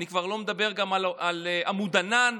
אני כבר לא מדבר גם על עמוד ענן.